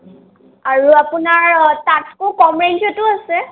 আৰু আপোনাৰ তাতকৈ কম ৰেঞ্জতো আছে